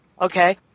Okay